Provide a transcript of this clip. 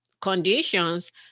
conditions